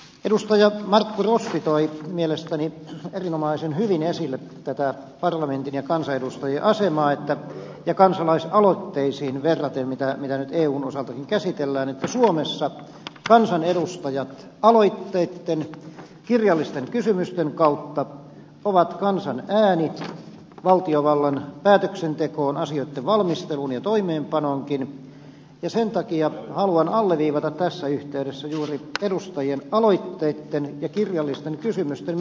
markku rossi toi mielestäni erinomaisen hyvin esille tätä parlamentin ja kansanedustajien asemaa kansalaisaloitteisiin verraten mitä nyt eun osaltakin käsitellään että suomessa kansanedustajat aloitteitten kirjallisten kysymysten kautta ovat kansan ääni valtiovallan päätöksentekoon asioitten valmisteluun ja toimeenpanoonkin ja sen takia haluan alleviivata tässä yhteydessä juuri edustajien aloitteitten ja kirjallisten kysymysten merkitystä